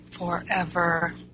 forever